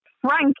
Frank